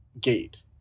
gate